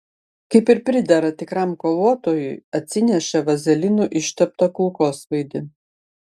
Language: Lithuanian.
kaip ir pridera tikram kovotojui atsinešė vazelinu išteptą kulkosvaidį